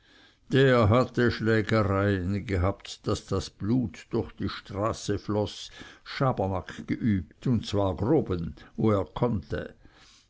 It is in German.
der hatte schlägereien gehabt daß das blut durch die straße floß schabernack geübt und zwar groben wo er konnte